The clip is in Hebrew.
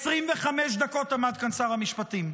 25 דקות עמד כאן שר המשפטים,